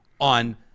on